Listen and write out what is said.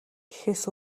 гэхээс